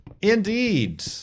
Indeed